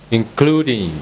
including